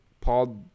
paul